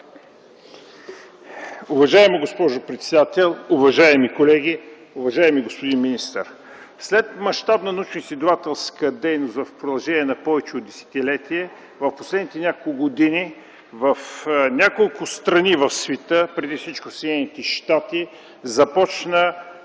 Уважаема госпожо председател, уважаеми колеги, уважаеми господин министър! След мащабна научноизследователска дейност в продължение на повече от десетилетие, в последните няколко години, в няколко страни в света, преди всичко в Съединените щати, започна